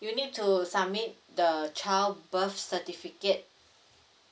you need to submit the child birth certificate